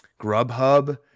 Grubhub